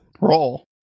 roll